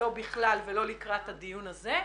לא בכלל ולא לקראת הדיון הזה.